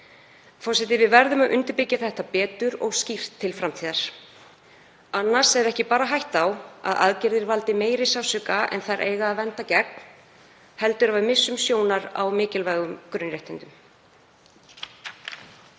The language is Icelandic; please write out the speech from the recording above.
Forseti. Við verðum að undirbyggja þetta betur og skýrt til framtíðar. Annars er ekki bara hætta á að aðgerðir valdi meiri sársauka en þær eiga að vernda gegn, heldur að við missum sjónar á mikilvægum grunnréttindum.